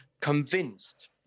convinced